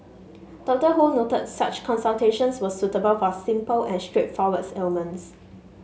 Dr Ho noted that such consultations are suitable for simple and straightforward ailments